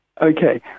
Okay